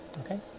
okay